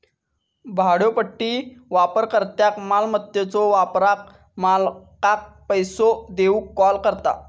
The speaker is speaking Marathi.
भाड्योपट्टी वापरकर्त्याक मालमत्याच्यो वापराक मालकाक पैसो देऊक कॉल करता